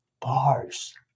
Bars